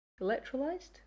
electrolyzed